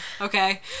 Okay